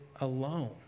alone